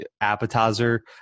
appetizer